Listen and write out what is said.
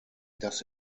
das